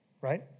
Right